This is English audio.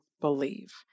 believe